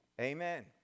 Amen